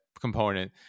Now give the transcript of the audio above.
component